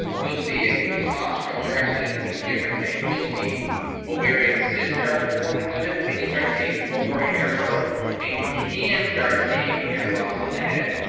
you'll see it with testosterone you're actually gonna see different things. you'll see ovarian cysts start to form in women, and you'll start seeing more hair growth and you can start seeing hair loss on the head,